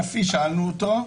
שאלנו אותו מה הצפי.